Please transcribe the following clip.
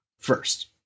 first